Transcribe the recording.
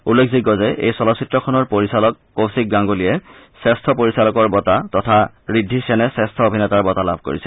উল্লেখযোগ্য যে এই চলচ্চিত্ৰখনৰ পৰিচালক কৌশিক গাংগুলীয়ে শ্ৰেষ্ঠ পৰিচালকৰ বঁটা তথা ঋদ্ধি সেনে শ্ৰেষ্ঠ অভিনেতাৰ বঁটা লাভ কৰিছে